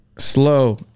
slow